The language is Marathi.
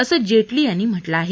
असं जेटली यांनी म्हटलं आहे